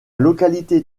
localité